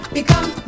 become